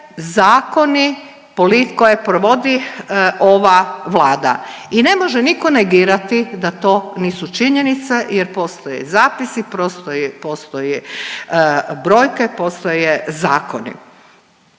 zakoni koje provodi ova Vlada. I ne može niko negirati da to nisu činjenice jer postoje zapisi, postoje brojke, postoje zakoni.